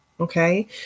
Okay